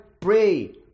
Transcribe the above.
pray